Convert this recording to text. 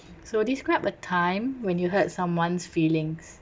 so describe a time when you hurt someone's feelings